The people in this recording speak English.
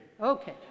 Okay